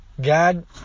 God